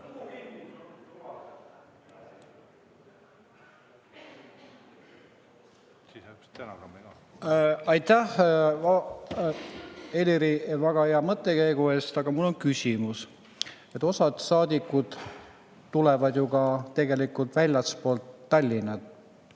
Aitäh, Helir, väga hea mõttekäigu eest, aga mul on küsimus. Osa saadikuid tuleb ju tegelikult väljastpoolt Tallinna,